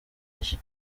nshya